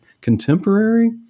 Contemporary